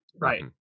Right